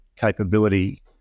capability